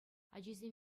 ачисем